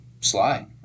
slide